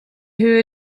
höhe